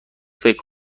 فکر